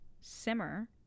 simmer